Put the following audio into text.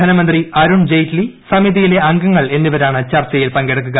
ധനമന്ത്രി അരുൺ ജെയ്റ്റ്ലി സമിതിയിലെ അംഗങ്ങൾ എന്നിവരാണ് ചർച്ചയിൽ പങ്കെടുക്കുക